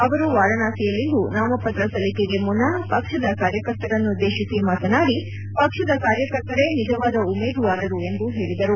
ಅವರು ವಾರಾಣಸಿಯಲ್ಲಿಂದು ನಾಮಪತ್ರ ಸಲ್ಲಿಕೆಗೆ ಮುನ್ನ ಪಕ್ಷದ ಕಾರ್ಯಕರ್ತರನ್ನುದ್ಲೇಶಿಸಿ ಮಾತನಾದಿ ಪಕ್ಷದ ಕಾರ್ಯಕರ್ತರೇ ನಿಜವಾದ ಉಮೇದುವಾರರು ಎಂದು ಹೇಳಿದರು